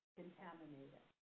contaminated